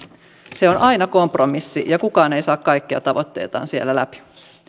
se on aina kompromissi ja kukaan ei saa kaikkia tavoitteitaan siellä läpi